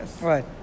Right